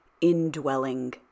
indwelling